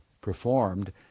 performed